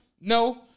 No